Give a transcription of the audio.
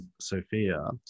Sophia